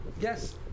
Yes